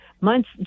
months